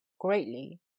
greatly